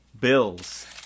Bills